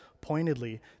pointedly